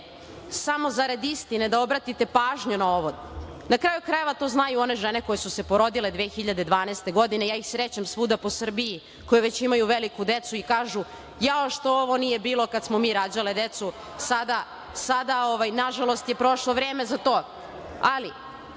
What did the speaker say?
samo zarad istine, da obratite pažnju na ovo, na kraju krajeva to znaju one žene koje su se porodile 2012. godine, ja ih srećem svuda po Srbiji, koje već imaju veliku decu i kažu – jao što ovo nije bilo kad smo mi rađale decu. Sada, nažalost, je prošlo vreme za to. Godine